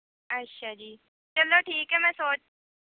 ਅੱਛਾ ਜੀ ਚਲੋ ਠੀਕ ਹੈ ਮੈਂ ਸੋਚ